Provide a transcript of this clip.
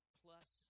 plus